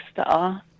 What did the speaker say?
star